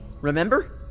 remember